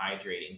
Hydrating